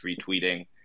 retweeting